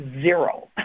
zero